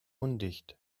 undicht